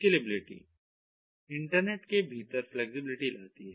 scalability internet के भीतर flexibility लाती है